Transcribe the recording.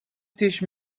teach